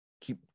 keep